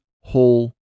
whole